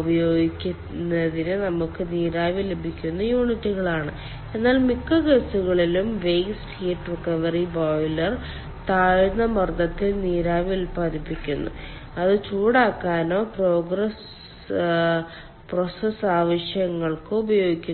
ഉപയോഗിക്കുന്നതിന് നമുക്ക് നീരാവി ലഭിക്കുന്ന യൂണിറ്റുകളാണ് എന്നാൽ മിക്ക കേസുകളിലും വേസ്റ്റ് ഹീറ്റ് റിക്കവറി ബോയിലർ താഴ്ന്ന മർദ്ദത്തിൽ നീരാവി ഉത്പാദിപ്പിക്കുന്നു അത് ചൂടാക്കാനോ പ്രോസസ്സ് ആവശ്യങ്ങൾക്കോ ഉപയോഗിക്കുന്നു